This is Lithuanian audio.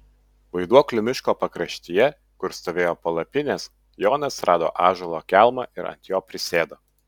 vaiduoklių miško pakraštyje kur stovėjo palapinės jonas rado ąžuolo kelmą ir ant jo prisėdo